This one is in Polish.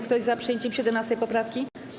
Kto jest za przyjęciem 17. poprawki?